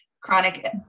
chronic